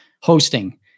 hosting